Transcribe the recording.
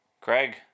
Craig